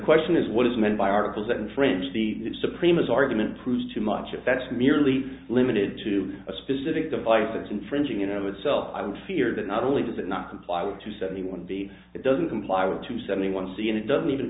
question is what is meant by articles that infringe the supreme as argument proves too much if that's merely limited to a specific device it's infringing you know itself i would fear that not only does it not comply with two seventy one b it doesn't comply with two seventy one c n it doesn't even